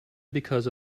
because